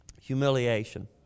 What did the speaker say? humiliation